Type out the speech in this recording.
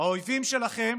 האויבים שלכם